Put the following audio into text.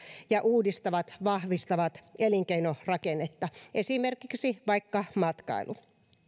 ja uudistavat vahvistavat elinkeinorakennetta esimerkiksi vaikka matkailu